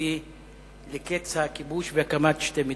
שיביא לקץ הכיבוש והקמת שתי מדינות,